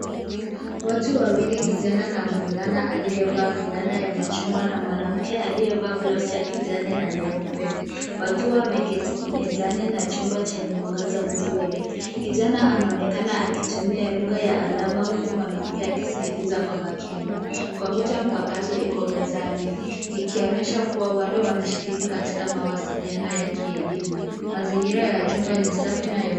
Watu wawili kijana na mvulana aliyevaa fulana ya machungwa na mwanamke aliyevaa blauzi ya kijani na nyeupe akiwa ameketi mezani na chumba chenye mwangaza mzuri. Kijana anaonekana akitumia lugha ya ishara ya alama huku mwanamke akiskiliza kwa makini. Kompyuta mpakato iko mezani ikionyesha kuwa huenda wanashiriki katika mawasiliano ya kielimu. Mazingira ya chumba ni safi.